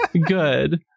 good